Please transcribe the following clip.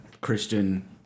Christian